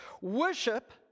Worship